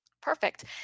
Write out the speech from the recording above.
Perfect